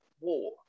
war